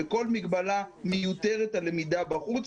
כל מגבלה מיותרת על למידה בחוץ,